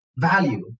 value